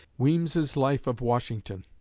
weems's life of washington.